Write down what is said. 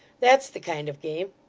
that's the kind of game.